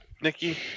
nikki